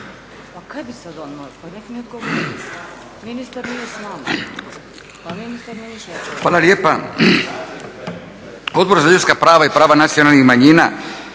Hvala lijepa.